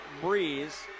Breeze